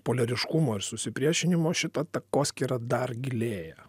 poliariškumo ir susipriešinimo šita takoskyra dar gilėja